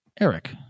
Eric